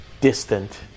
distant